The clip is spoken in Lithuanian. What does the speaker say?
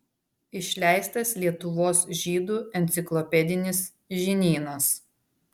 išleistas lietuvos žydų enciklopedinis žinynas